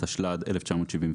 התשל"ד-1974,